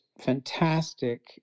fantastic